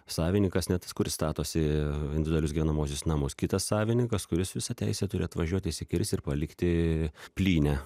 savininkas ne tas kuris statosi individualius gyvenamuosius namus kitas savininkas kuris visą teisę turi atvažiuot išsikirst ir palikti plynę